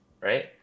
Right